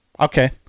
okay